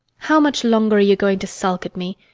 how much longer are you going to sulk at me?